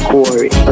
Corey